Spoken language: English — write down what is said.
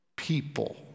people